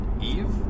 Eve